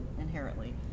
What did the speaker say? inherently